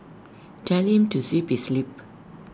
tell him to zip his lip